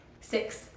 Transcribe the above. Six